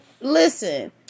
listen